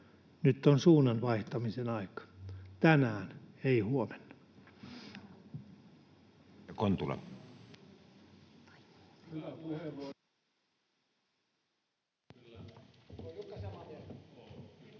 Nyt on suunnan vaihtamisen aika — tänään, ei huomenna.